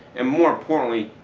and more importantly,